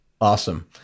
Awesome